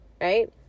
Right